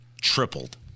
tripled